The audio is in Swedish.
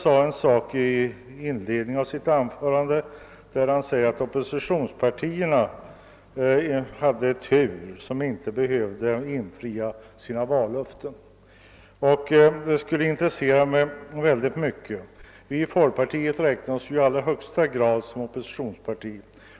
Herr Wikner sade i inledningen av sitt anförande, att oppositionspartierna hade tur som inte behövde infria sina vallöften. Det skulle intressera mig mycket att få veta vad han menar med det. Folkpartiet räknas ju i allra högsta grad som ett oppositionsparti.